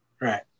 Right